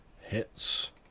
...hits